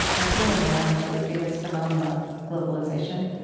a human analogy would be this phenomenon of globalization?